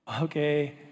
Okay